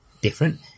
different